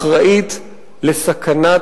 אחראית לסכנת